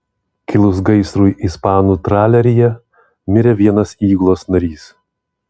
kilus gaisrui ispanų traleryje mirė vienas įgulos narys